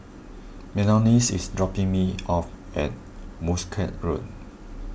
Melony is dropping me off at Muscat Road